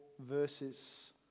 verses